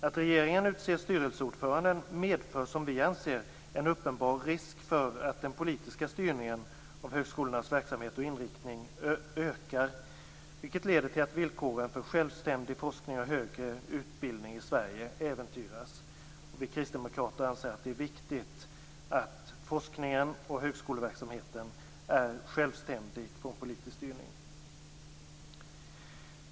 Att regeringen utser styrelseordföranden medför som vi anser en uppenbar risk för att den politiska styrningen av högskolornas verksamhet och inriktning ökar, vilket leder till att villkoren för självständig forskning och högre utbildning i Sverige äventyras. Vi kristdemokrater anser att det är viktigt att forskningen och högskoleverksamheten är självständig från politisk styrning.